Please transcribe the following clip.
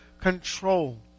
control